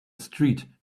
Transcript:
street